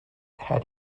had